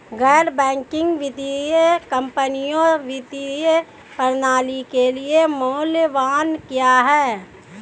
गैर बैंकिंग वित्तीय कंपनियाँ वित्तीय प्रणाली के लिए मूल्यवान क्यों हैं?